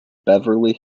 beverly